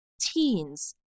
teens